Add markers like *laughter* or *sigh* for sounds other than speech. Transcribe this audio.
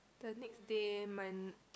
the next day mon~ *noise*